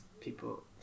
people